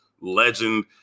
legend